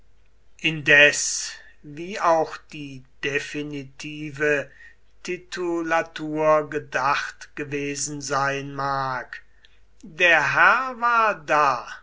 indes wie auch die definitive titulatur gedacht gewesen sein mag der herr war da